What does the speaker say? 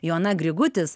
joana grigutis